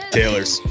taylor's